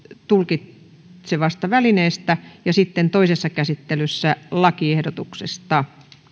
tulkitsevasta välineestä siltä osin kuin ne kuuluvat suomen toimivaltaan ja sitten toisessa käsittelyssä lakiehdotuksesta